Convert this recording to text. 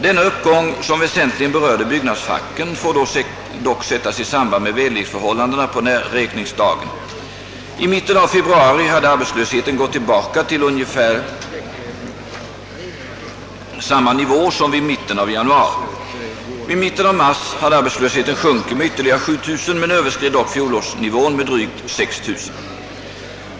Denna uppgång, som väsentligen berörde byggnadsfacken, får dock sättas i samband med väderleksförhållandena på räkningsdagen. I mitten av februari hade arbetslösheten gått tillbaka till ungefär samma nivå som vid mitten av januari. Vid mitten av mars hade arbetslösheten sjunkit med ytterligare 7000 men överskred dock fjolårsnivån med drygt 6 000.